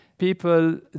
people